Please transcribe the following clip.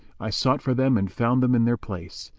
i sought for them and found them in their place.